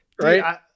right